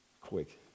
quick